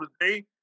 today